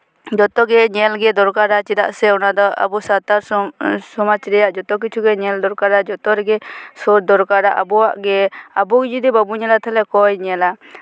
ᱡᱚᱛᱚᱜᱮ ᱧᱮᱞ ᱜᱮ ᱫᱚᱨᱠᱟᱨᱟ ᱪᱮᱫᱟᱜ ᱥᱮ ᱚᱱᱟ ᱫᱚ ᱟᱵᱚ ᱥᱟᱱᱛᱟᱲ ᱥᱚᱢᱟᱡᱽ ᱨᱮᱭᱟᱜ ᱡᱚᱛᱚ ᱠᱤᱪᱷᱩ ᱜᱮ ᱧᱮᱞ ᱫᱚᱨᱠᱟᱨᱟ ᱡᱚᱛᱚ ᱨᱮᱜᱮ ᱥᱩᱨ ᱫᱚᱨᱠᱟᱨᱟ ᱟᱵᱚᱣᱟᱜ ᱜᱮ ᱟᱵᱚ ᱜᱮ ᱡᱚᱫᱤ ᱵᱟᱵᱚᱱ ᱧᱮᱞᱟ ᱛᱟᱦᱞᱮ ᱚᱠᱚᱭ ᱧᱮᱞᱟ